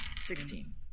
Sixteen